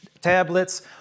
tablets